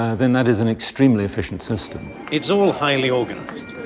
ah then that is an extremely efficient system. it's all highly organized,